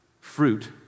fruit